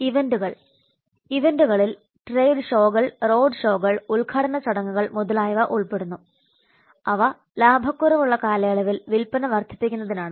ഇവന്റുകൾ ഇവന്റുകളിൽ ട്രേഡ് ഷോകൾ റോഡ് ഷോകൾ ഉദ്ഘാടന ചടങ്ങുകൾ മുതലായവ ഉൾപ്പെടുന്നു അവ ലാഭ കുറവുള്ള കാലയളവിൽ വിൽപ്പന വർദ്ധിപ്പിക്കുന്നതിനാണ്